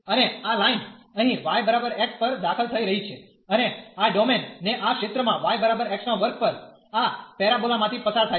અને આ લાઈન અહીં y x પર દાખલ થઈ રહી છે અને આ ડોમેન ને આ ક્ષેત્રમાં yx2 પર આ પેરાબોલા માંથી પસાર થાય છે